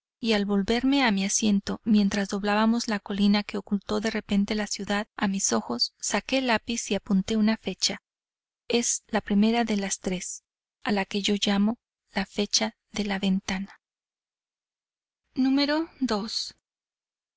y al volverme a mi asiento mientras doblábamos la colina que ocultó de repente la ciudad a mis ojos saqué el lápiz y apunté una fecha es la primera de las tres a la que yo llamo la fecha de la ventana